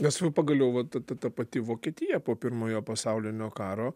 nes va pagaliau va ta ta ta pati vokietija po pirmojo pasaulinio karo